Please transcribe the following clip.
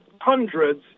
hundreds